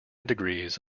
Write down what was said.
degrees